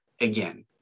Again